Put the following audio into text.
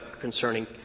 concerning